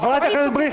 חברת הכנסת מריח,